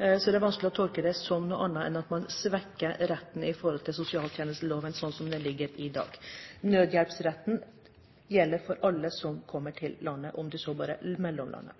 er det vanskelig å tolke det som noe annet enn at man svekker retten i forhold til sosialtjenesteloven, slik den foreligger i dag. Nødhjelpsretten gjelder for alle som kommer til landet, om de så bare mellomlander.